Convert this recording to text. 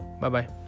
bye-bye